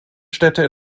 städte